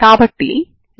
కాబట్టి మీ ఏమిటి